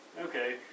Okay